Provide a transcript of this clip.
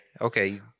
Okay